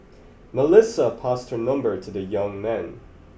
Melissa passed her number to the young man